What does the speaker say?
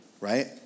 right